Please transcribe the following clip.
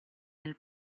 nel